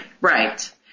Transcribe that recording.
Right